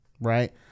right